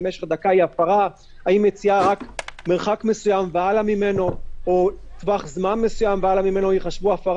אם מצליחים לקיים אותה בצורה מלאה או קרובה לכך,